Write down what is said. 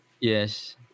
Yes